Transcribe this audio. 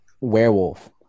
werewolf